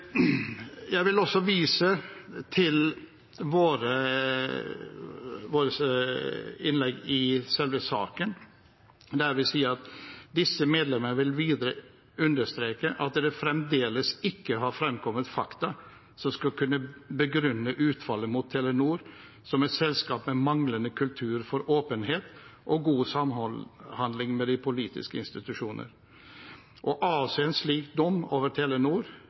Jeg vil også vise til våre merknader i selve saken, der vi sier: «Disse medlemmer vil videre understreke at det fremdeles ikke har fremkommet fakta som skal kunne begrunne utfallet mot Telenor som et selskap med manglende «kultur for åpenhet og god samhandling med de politiske institusjoner». Å avsi en slik dom over